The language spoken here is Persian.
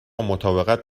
مطابقت